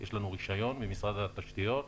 יש לנו רישיון ממשרד התשתיות.